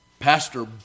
Pastor